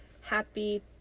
Happy